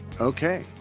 Okay